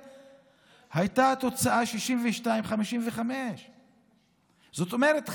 התוצאה הייתה 55 62. זאת אומרת,